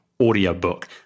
audiobook